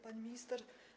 Pani Minister!